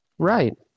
right